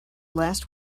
last